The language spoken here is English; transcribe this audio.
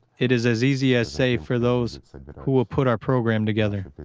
it is as easy as, say, for those who will put our programme together.